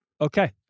Okay